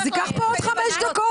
אז ייקח פה עוד חמש דקות.